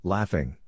Laughing